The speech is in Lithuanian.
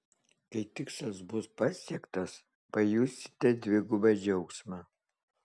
kai tikslas bus pasiektas pajusite dvigubą džiaugsmą